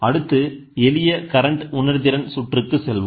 அடுத்து எளிய கரண்ட் உணர்திறன் சுற்றுக்கு செல்வோம்